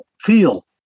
feel